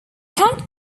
had